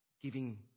Giving